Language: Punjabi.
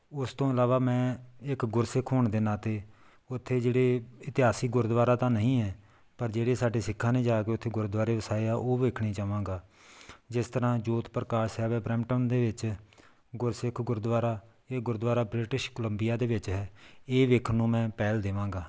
ਉਸ ਤੋਂ ਇਲਾਵਾ ਮੈਂ ਇੱਕ ਗੁਰਸਿੱਖ ਹੋਣ ਦੇ ਨਾਤੇ ਉੱਥੇ ਜਿਹੜੇ ਇਤਿਹਾਸਿਕ ਗੁਰਦੁਆਰਾ ਤਾਂ ਨਹੀਂ ਹੈ ਪਰ ਜਿਹੜੇ ਸਾਡੇ ਸਿੱਖਾਂ ਨੇ ਜਾ ਕੇ ਉੱਥੇ ਗੁਰਦੁਆਰੇ ਵਸਾਏ ਆ ਉਹ ਦੇਖਣੇ ਚਾਹਵਾਂਗਾ ਜਿਸ ਤਰ੍ਹਾਂ ਜੋਤ ਪ੍ਰਕਾਸ਼ ਸਾਹਿਬ ਹੈ ਬਰੈਂਪਟਨ ਦੇ ਵਿੱਚ ਗੁਰਸਿੱਖ ਗੁਰਦੁਆਰਾ ਇਹ ਗੁਰਦੁਆਰਾ ਬ੍ਰਿਟਿਸ਼ ਕੋਲੰਬੀਆ ਦੇ ਵਿੱਚ ਹੈ ਇਹ ਦੇਖਣ ਨੂੰ ਮੈਂ ਪਹਿਲ ਦੇਵਾਂਗਾ